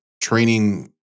training